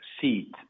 seat